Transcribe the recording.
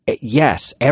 Yes